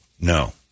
No